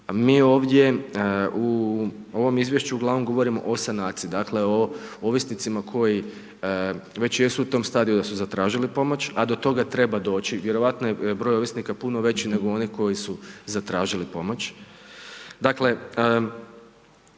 mi ovdje u ovom izvješću ugl. govorimo o sanaciji, dakle, o ovisnicima, koji već jesu u tom stadiju da su zatražili pomoć, a do toga treba doći, vjerojatno je broj ovisnika puno veća nego oni koji su zatražili pomoć.